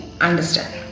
understand